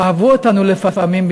אהבו אותנו לפעמים,